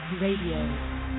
Radio